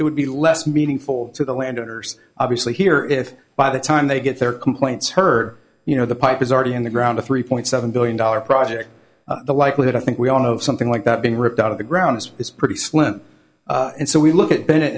would be less meaningful to the landowners obviously here if by the time they get their complaints her you know the pipe is already in the ground a three point seven billion dollars project the likelihood i think we all know of something like that being ripped out of the ground is pretty slim and so we look at